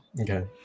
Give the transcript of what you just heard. okay